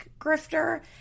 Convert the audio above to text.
grifter